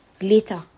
later